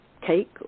Cake